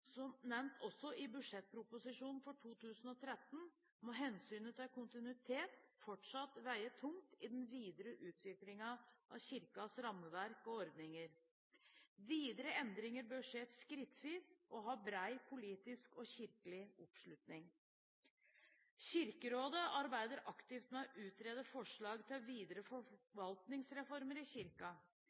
Som nevnt også i budsjettproposisjonen for 2013 må hensynet til kontinuitet fortsatt veie tungt i den videre utviklingen av Kirkens rammeverk og ordninger. Videre endringer bør skje skrittvis og ha bred politisk og kirkelig oppslutning. Kirkerådet arbeider aktivt med å utrede forslag til videre forvaltningsreformer i